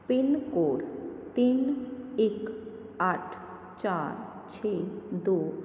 pin code ਤਿੰਨ ਇੱਕ ਅੱਠ ਚਾਰ ਛੇ ਦੋ